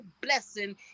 blessing